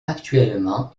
actuellement